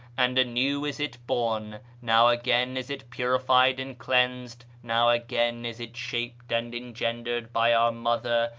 and anew is it born now again is it purified and cleansed now again is it shaped and engendered by our mother,